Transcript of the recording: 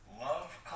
Love